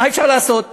מה אפשר לעשות?